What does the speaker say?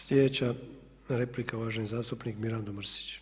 Sljedeća replika, uvaženi zastupnik Mirando Mrsić.